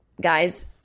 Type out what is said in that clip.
guys